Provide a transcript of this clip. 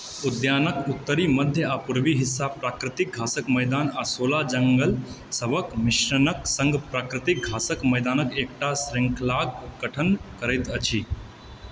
उद्यानक उत्तरी मध्य आ पूर्वी हिस्सा प्राकृतिक घासक मैदान आ शोला जङ्गलसभक मिश्रणक सङ्ग प्राकृतिक घासक मैदानक एकटा शृङ्खलाक गठन करैत अछि